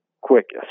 quickest